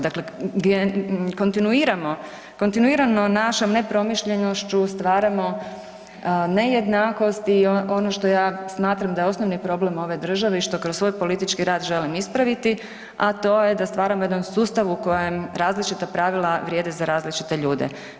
Dakle, kontinuirano našom nepromišljenošću stvaramo nejednakost i ono što ja smatram da je osnovni problem ove države i što kroz svoj politički rad želim ispraviti, a to je da stvaramo jedan sustav u kojem različita pravila vrijede za različite ljude.